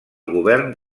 govern